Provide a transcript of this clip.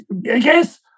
yes